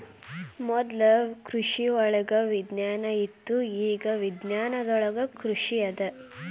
ಮೊದ್ಲು ಕೃಷಿವಳಗ ವಿಜ್ಞಾನ ಇತ್ತು ಇಗಾ ವಿಜ್ಞಾನದೊಳಗ ಕೃಷಿ ಅದ